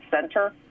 center